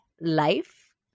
life